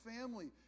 family